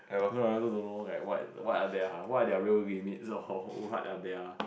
so I don't know like what what are their what are their real limit so what are their